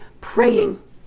praying